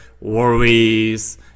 worries